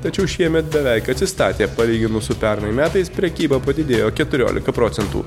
tačiau šiemet beveik atsistatė palyginus su pernai metais prekyba padidėjo keturiolika procentų